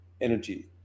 energy